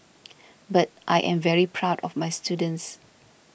but I am very proud of my students